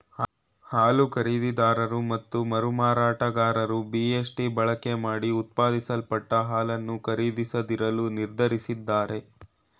ಹಾಲು ಖರೀದಿದಾರರು ಮತ್ತು ಮರುಮಾರಾಟಗಾರರು ಬಿ.ಎಸ್.ಟಿ ಬಳಕೆಮಾಡಿ ಉತ್ಪಾದಿಸಲ್ಪಟ್ಟ ಹಾಲನ್ನು ಖರೀದಿಸದಿರಲು ನಿರ್ಧರಿಸಿದ್ದಾರೆ